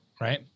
right